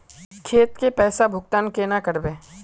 खेत के पैसा भुगतान केना करबे?